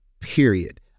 period